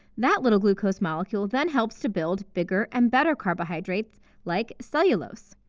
that little glucose molecule then helps to build bigger and better carbohydrates like cellulose.